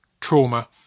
trauma